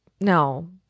no